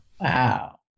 Wow